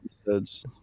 episodes